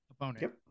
opponent